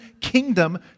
kingdom